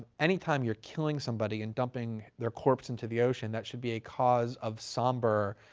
any time you're killing somebody and dumping their corpse into the ocean, that should be a cause of somber